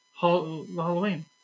Halloween